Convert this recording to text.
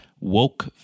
woke